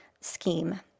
scheme